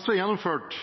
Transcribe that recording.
SV gjennomførte